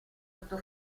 sotto